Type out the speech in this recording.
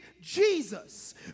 Jesus